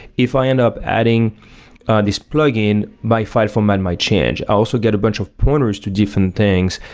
if i end up adding this plugin my file format might change i also get a bunch of pointers to different things,